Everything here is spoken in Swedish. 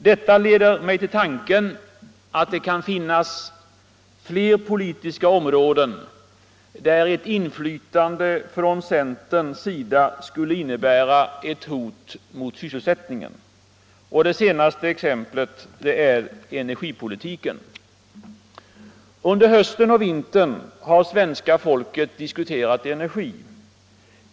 Detta leder mig till tanken att det kan finnas fler politiska områden där ett inflytande för centern skulle innebära ett hot mot sysselsättningen. Det senaste exemplet är energipolitiken. Under hösten och vintern har svenska folket diskuterat energi.